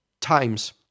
times